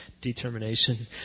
determination